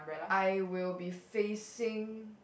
I will be facing